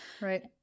Right